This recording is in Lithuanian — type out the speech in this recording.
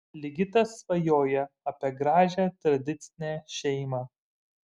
ligitas svajoja apie gražią tradicinę šeimą